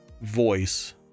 voice